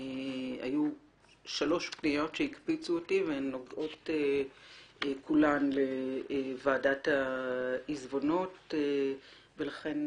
שלוש פניות שהקפיצו אותי והן נוגעות כולם לוועדת העיזבונות ולכן